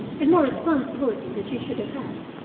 and more responsibility than she should have had.